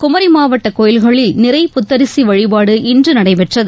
குமரி மாவட்ட கோயில்களில் நிறை புத்தரிசி வழிபாடு இன்று நடைபெற்றது